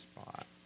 spot